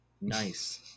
nice